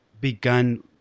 begun –